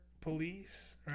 police